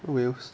oh well